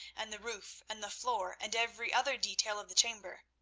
and the roof and the floor, and every other detail of the chamber.